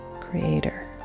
creator